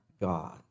God